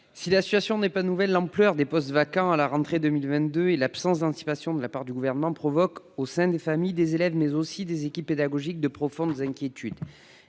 Si la situation n'est pas nouvelle, l'importance du nombre des postes vacants à la rentrée 2022 et l'absence d'anticipation de la part du Gouvernement provoquent dans les familles, parmi les élèves, mais aussi au sein des équipes pédagogiques, de profondes inquiétudes.